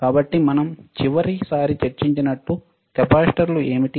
కాబట్టిమనం చివరిసారి చర్చించినట్లు కెపాసిటర్లు ఏమిటి